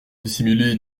dissimuler